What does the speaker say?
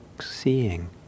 seeing